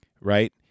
right